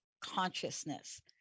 consciousness